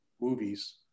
movies